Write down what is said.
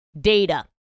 data